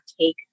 take